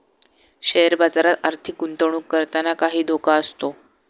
share बाजारात आर्थिक गुंतवणूक करताना काही धोका असतो